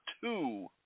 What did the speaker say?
two